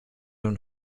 und